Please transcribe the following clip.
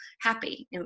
happy